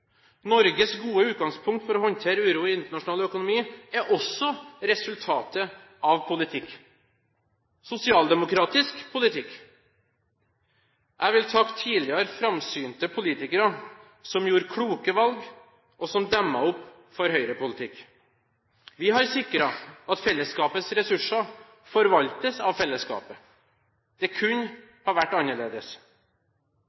Norges gode utgangspunkt for å håndtere uro i internasjonal økonomi er også resultatet av politikk – sosialdemokratisk politikk. Jeg vil takke tidligere framsynte politikere som gjorde kloke valg, og som demmet opp for høyrepolitikk. Vi har sikret at fellesskapets ressurser forvaltes av fellesskapet. Det